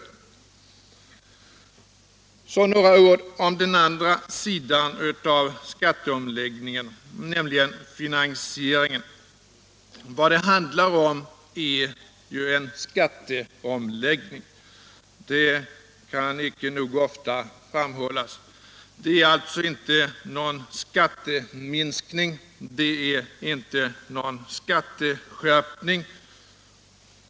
Så några ord om den andra sidan av skatteomläggningen, nämligen finansieringen. Vad det handlar om är ju en skatteomläggning — det kan icke nog ofta framhållas. Det är alltså inte någon skatteminskning, det är inte någon skatteskärpning.